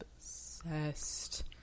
obsessed